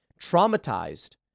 traumatized